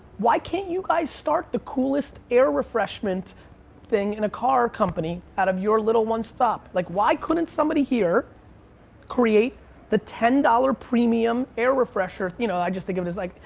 why can't you guys start the coolest air refreshment thing in a car company, out of your little one stop? like why couldn't somebody here create the ten dollar premium air refresher, you know, i just think of it as like,